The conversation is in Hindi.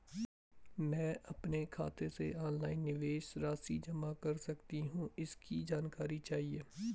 मैं अपने खाते से ऑनलाइन निवेश राशि जमा कर सकती हूँ इसकी जानकारी चाहिए?